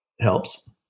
helps